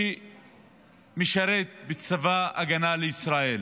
שמשרת בצבא ההגנה לישראל.